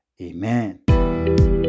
Amen